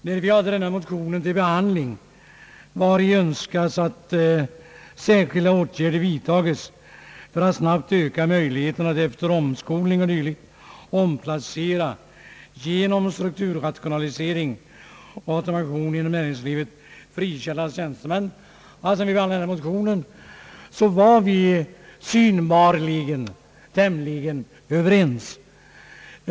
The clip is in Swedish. När vi behandlade denna motion, vari önskas att särskilda åtgärder vidtages för att snabbt öka möjligheten att efter omskolning o. d. omplacera genom strukturrationalisering och automation inom näringslivet friställda tjänstemän, var vi synbarligen tämligen överens.